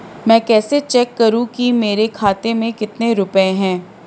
मैं कैसे चेक करूं कि मेरे खाते में कितने रुपए हैं?